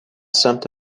سمت